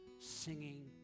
singing